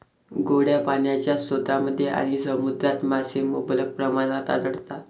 गोड्या पाण्याच्या स्रोतांमध्ये आणि समुद्रात मासे मुबलक प्रमाणात आढळतात